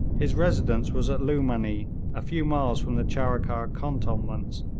his residence was at lughmanee, a few miles from the charikar cantonments,